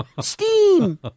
Steam